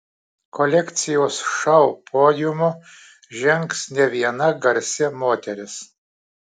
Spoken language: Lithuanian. kolekcijos šou podiumu žengs ne viena garsi moteris